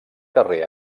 carrer